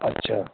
اچھا